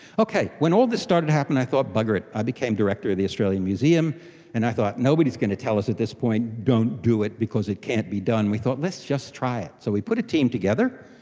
okay, when all this started happening i thought, bugger it, i became a director of the australian museum and i thought nobody is going to tell us at this point don't do it because it can't be done, we thought let's just try it. so we put a team together,